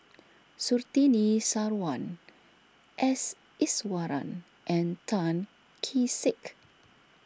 Surtini Sarwan S Iswaran and Tan Kee Sek